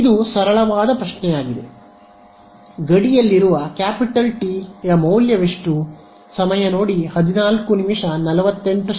ಇದು ಸರಳವಾದ ಪ್ರಶ್ನೆಯಾಗಿದೆ ಗಡಿಯಲ್ಲಿರುವ ಕ್ಯಾಪಿಟಲ್ ಟಿ ಮೌಲ್ಯ ಎಷ್ಟು